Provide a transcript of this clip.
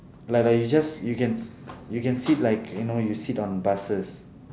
like like you just you can you can sit like you know you can sit on buses